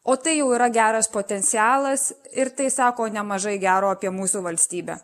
o tai jau yra geras potencialas ir tai sako nemažai gero apie mūsų valstybę